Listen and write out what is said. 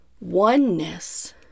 oneness